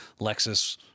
Lexus